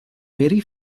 very